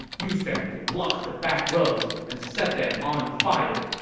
use them to block the backroads and set them on fire.